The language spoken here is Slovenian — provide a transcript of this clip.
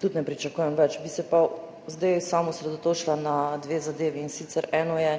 tudi ne pričakujem več. Bi se pa zdaj osredotočila na dve zadevi. In sicer, eno je